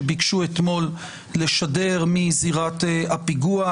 שביקשו אתמול לשדר מזירת הפיגוע.